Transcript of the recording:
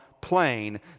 plain